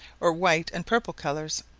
or white and purple colours.